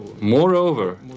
Moreover